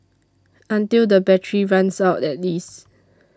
until the battery runs out at least